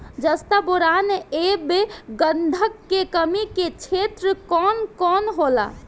जस्ता बोरान ऐब गंधक के कमी के क्षेत्र कौन कौनहोला?